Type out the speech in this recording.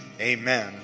amen